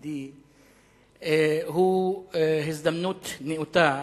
ה-OECD הוא הזדמנות נאותה,